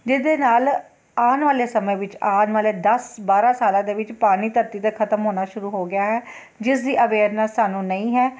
ਜਿਹਦੇ ਨਾਲ ਆਉਣ ਵਾਲੇ ਸਮੇਂ ਵਿੱਚ ਆਉਣ ਵਾਲੇ ਦਸ ਬਾਰ੍ਹਾਂ ਸਾਲਾਂ ਦੇ ਵਿੱਚ ਪਾਣੀ ਧਰਤੀ 'ਤੇ ਖ਼ਤਮ ਹੋਣਾ ਸ਼ੁਰੂ ਹੋ ਗਿਆ ਹੈ ਜਿਸ ਦੀ ਅਵੇਅਰਨੈਸ ਸਾਨੂੰ ਨਹੀਂ ਹੈ